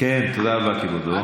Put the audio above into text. תודה רבה, כבודו.